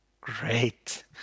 Great